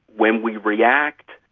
when we react,